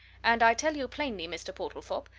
and i tell you plainly, mr. portlethorpe,